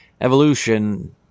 Evolution